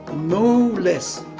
no less